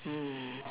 mm